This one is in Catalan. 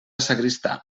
sagristà